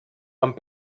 amb